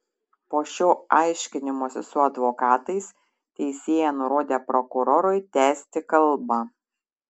po šio aiškinimosi su advokatais teisėja nurodė prokurorui tęsti kalbą